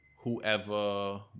whoever